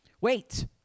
Wait